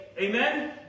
Amen